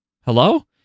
Hello